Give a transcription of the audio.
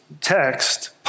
text